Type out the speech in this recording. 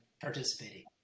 participating